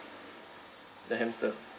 the hamster